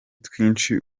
twinshi